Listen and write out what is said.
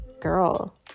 girl